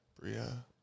Bria